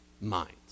minds